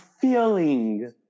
feeling